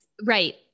Right